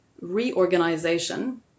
reorganization